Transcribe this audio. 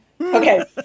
Okay